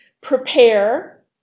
prepare